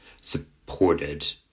supported